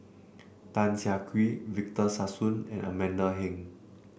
Tan Siah Kwee Victor Sassoon and Amanda Heng